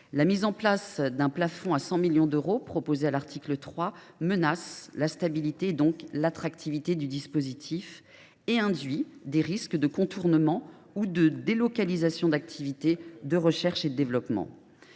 l’article 3, d’un plafond de 100 millions d’euros menace la stabilité, donc l’attractivité, du dispositif et induit des risques de contournement ou de délocalisation d’activités de recherche et de développement.